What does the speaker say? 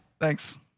Thanks